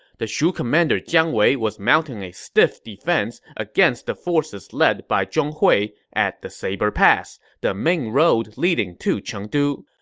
the shu commander jiang wei was mounting a stiff defense against the forces led by zhong hui at the saber pass, the main road leading to chengdu.